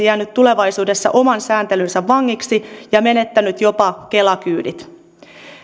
jäänyt tulevaisuudessa oman sääntelynsä vangiksi ja menettänyt jopa kela kyydit